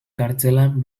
kartzelan